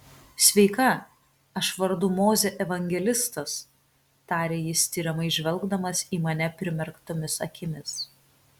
sveika aš vardu mozė evangelistas tarė jis tiriamai žvelgdamas į mane primerktomis akimis